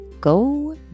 Go